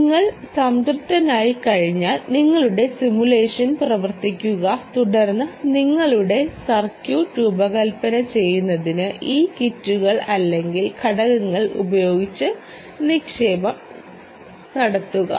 നിങ്ങൾ സംതൃപ്തനായിക്കഴിഞ്ഞാൽ നിങ്ങളുടെ സിമുലേഷൻ പ്രവർത്തിപ്പിക്കുക തുടർന്ന് നിങ്ങളുടെ സർക്യൂട്ട് രൂപകൽപ്പന ചെയ്യുന്നതിന് ഈ കിറ്റുകൾ അല്ലെങ്കിൽ ഘടകങ്ങൾ ഉപയോഗിച്ച് നിക്ഷേപം നടത്തുക